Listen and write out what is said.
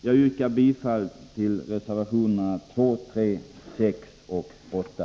Jag yrkar bifall till reservationerna 2, 3, 6 och 8.